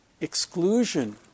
exclusion